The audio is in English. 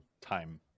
time